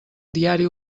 diari